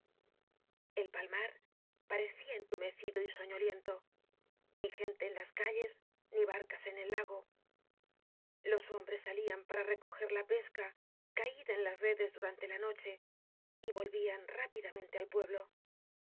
el palmar parecía eatumeeido y soñoliento ni gente en las calles ni barcas en el lago los hombres salían para recoger la pesca caída en las redes durante la noche y volvían rápida mente al pueblo